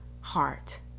heart